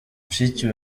mushiki